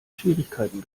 schwierigkeiten